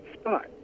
spot